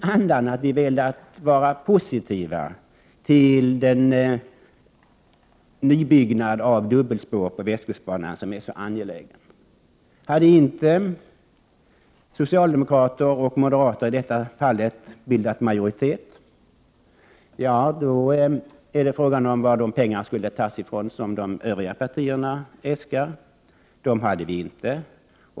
Vi har alltså velat vara positiva till den nybyggnad av dubbelspåret på västkustbanan som det är så angeläget att få till stånd. Om socialdemokrater och moderater inte hade bildat majoritet, undrar jag varifrån de medel som Övriga partier äskat skulle ha tagits. De pengarna finns ju inte.